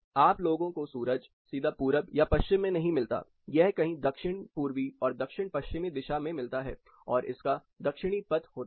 आप लोगों को सूरज सीधा पूरब या पश्चिम में नहीं मिलता यह कहीं दक्षिण पूर्वी और दक्षिण पश्चिमी दिशा मे मिलता है और इसका दक्षिणी पथ होता है